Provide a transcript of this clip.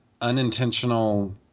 unintentional